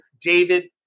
David